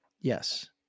Yes